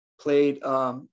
played